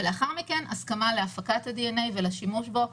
ולאחר מכן הסכמה להפקת הדנ"א ולשימוש בו.